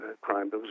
crime